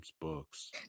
books